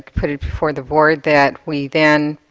put it before the board that we then,